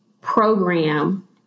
program